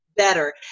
better